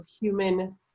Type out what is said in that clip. human